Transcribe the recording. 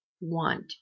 want